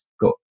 got